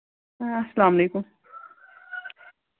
اَلسلام علیکُم